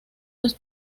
los